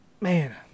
Man